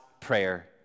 prayer